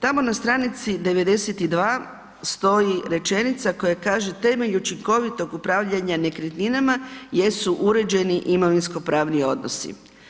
Tamo na stranici 92 stoji rečenica koja kaže temelj učinkovitog upravljanja nekretninama jesu uređeni imovinsko pravni odnosi.